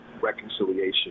reconciliation